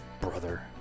brother